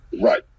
Right